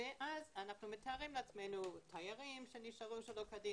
מתארים לעצמנו תיירים שנשארו שלא כדין,